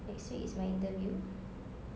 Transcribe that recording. next week is my interview